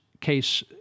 case